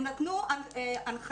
הם נתנו הנחיה,